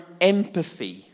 empathy